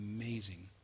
amazing